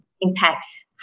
impacts